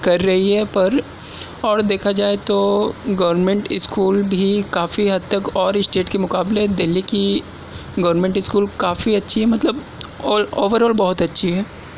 کر رہی ہے پر اور دیکھا جائے تو گورنمینٹ اسکول بھی کافی حد تک اور اسٹٹیٹ کے مقابلے دلی کی گورنمینٹ اسکول کافی اچھی ہے مطلب آل اوور آل بہت اچھی ہے